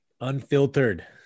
Unfiltered